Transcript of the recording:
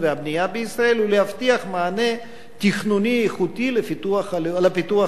בישראל ולהבטיח מענה תכנוני איכותי לפיתוח הלאומי.